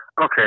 Okay